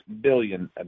billion